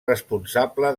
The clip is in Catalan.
responsable